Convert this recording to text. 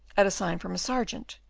at a sign from a sergeant,